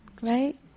right